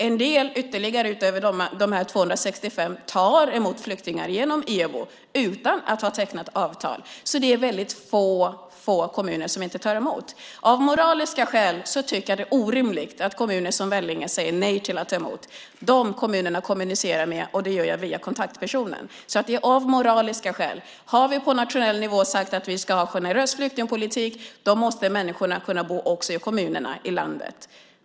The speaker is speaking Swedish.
En del utöver dessa 265 tar emot flyktingar genom EBO utan att ha tecknat avtal. Det är väldigt få kommuner som inte tar emot. Av moraliska skäl är det orimligt att kommuner som Vellinge säger nej till att ta emot. De kommunerna kommunicerar jag med via kontaktpersonen. Har vi på nationell nivå sagt att vi ska ha en generös flyktingpolitik måste människorna också kunna bo i kommunerna i landet.